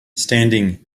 standing